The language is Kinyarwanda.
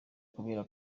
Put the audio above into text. kubera